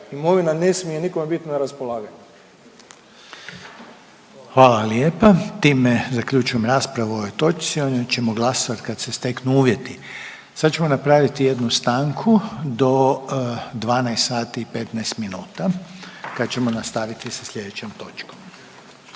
imovina ne smije nikome biti na raspolaganju. **Reiner, Željko (HDZ)** Hvala lijepa. Time zaključujem raspravu o ovoj točci. O njoj ćemo glasovati kad se steknu uvjeti. Sad ćemo napraviti jednu stanku do 12 sati i 15 minuta kad ćemo nastaviti sa slijedećom točkom.